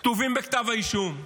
כתובים בכתב האישום.